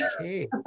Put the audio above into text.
okay